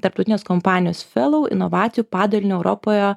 tarptautinės kompanijos fellow inovacijų padalinio europoje